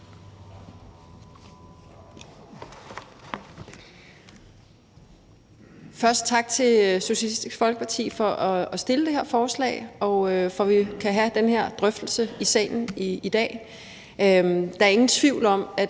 tak til Socialistisk Folkeparti for at fremsætte det her forslag og for, at vi kan have den her drøftelse i salen i dag.